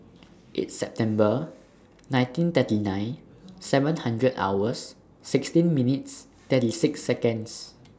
eight September nineteen thirty nine seven hundred hours sixteen minutes thirty six Seconds